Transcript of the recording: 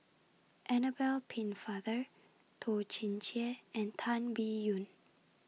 Annabel Pennefather Toh Chin Chye and Tan Biyun